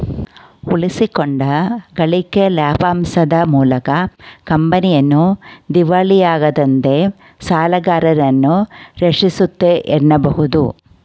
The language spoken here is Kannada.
ಉಳಿಸಿಕೊಂಡ ಗಳಿಕೆ ಲಾಭಾಂಶದ ಮೂಲಕ ಕಂಪನಿಯನ್ನ ದಿವಾಳಿಯಾಗದಂತೆ ಸಾಲಗಾರರನ್ನ ರಕ್ಷಿಸುತ್ತೆ ಎನ್ನಬಹುದು